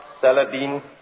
Saladin